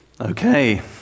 Okay